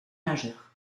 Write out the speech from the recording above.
majeur